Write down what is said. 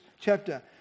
chapter